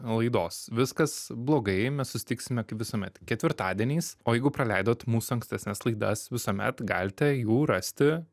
laidos viskas blogai mes susitiksime kaip visuomet ketvirtadieniais o jeigu praleidot mūsų ankstesnes laidas visuomet galite jų rasti